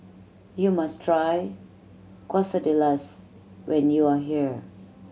you must try Quesadillas when you are here